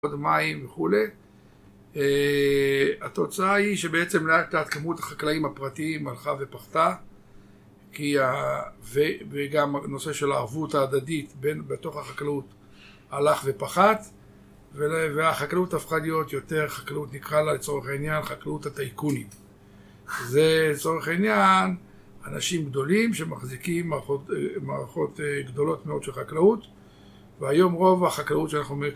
עוד מים וכו'. התוצאה היא שבעצם לאט לאט כמות החקלאים הפרטיים הלכה ופחתה וגם הנושא של הערבות ההדדית בתוך החקלאות הלך ופחת והחקלאות הפכה להיות יותר חקלאות נקרא לה לצורך העניין חקלאות הטייקונים זה לצורך העניין אנשים גדולים שמחזיקים מערכות גדולות מאוד של חקלאות והיום רוב החקלאות שאנחנו אומרים